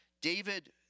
David